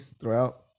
throughout